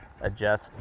adjust